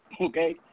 okay